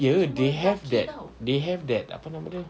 ye they have that they have that apa nama dia